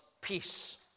peace